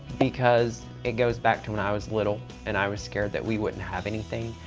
because it goes back to when i was little and i was scared that we wouldn't have anything.